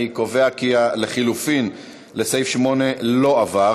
אני קובע כי ההסתייגות לחלופין לאחרי סעיף 8 לא התקבלה.